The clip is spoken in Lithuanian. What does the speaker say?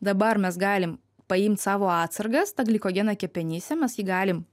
dabar mes galim paimt savo atsargas ta glikogeną kepenyse mes jį galim